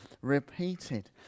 repeated